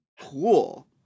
cool